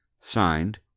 signed